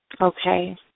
Okay